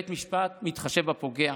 בית המשפט מתחשב בפוגע,